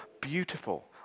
beautiful